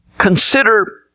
Consider